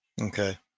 Okay